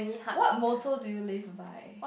what motto do you live by